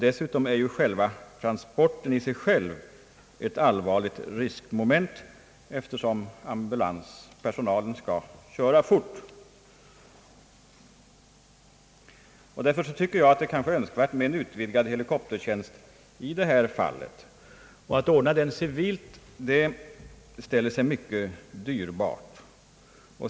Dessutom är transporten i sig själv ett allvarligt riskmoment, eftersom ambulanspersonalen skall köra fort. Därför tycker jag att det kan vara önskvärt med en utvidgad helikoptertjänst i sådana fall. Att ordna denna tjänst civilt ställer sig mycket kostsamt.